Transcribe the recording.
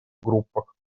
группах